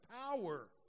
power